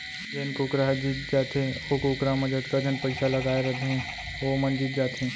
जेन कुकरा ह जीत जाथे ओ कुकरा म जतका झन पइसा लगाए रथें वो मन जीत जाथें